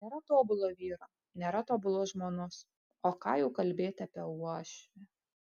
nėra tobulo vyro nėra tobulos žmonos o ką jau kalbėti apie uošvę